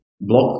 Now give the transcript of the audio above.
block